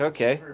Okay